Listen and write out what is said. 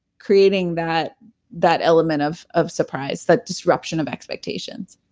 creating that that element of of surprise, that disruption of expectations